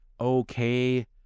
okay